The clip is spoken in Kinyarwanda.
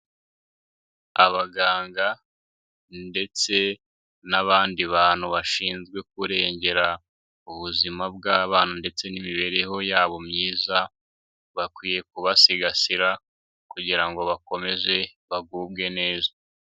Abaganga ndetse n'abandi bantu bashinzwe kurengera ubuzima bw'abana ndetse n'imibereho yabo myiza, bakwiye kubasigasira kugira ngo bakomeze bagubwe neza.